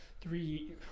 three